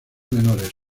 menores